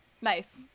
Nice